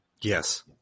Yes